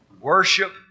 Worship